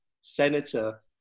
senator